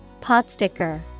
Potsticker